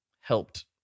helped